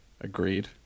Agreed